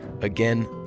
Again